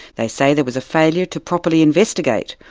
they say there was a failure to properly investigate,